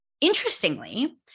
interestingly